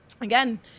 again